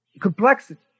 complexity